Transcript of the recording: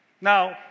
Now